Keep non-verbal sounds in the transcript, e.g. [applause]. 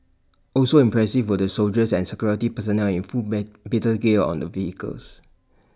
also impressive were the soldiers and security personnel in full [unintelligible] battle gear on the vehicles